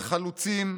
וחלוצים,